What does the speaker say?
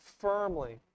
firmly